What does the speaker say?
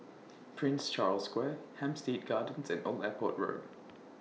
Prince Charles Square Hampstead Gardens and Old Airport Road